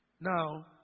Now